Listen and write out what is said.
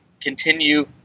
continue